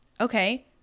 Okay